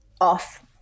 Off